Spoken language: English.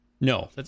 no